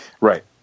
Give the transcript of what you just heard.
Right